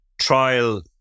trial